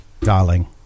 darling